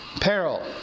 peril